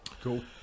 cool